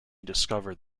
discovered